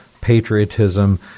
patriotism